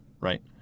right